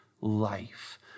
life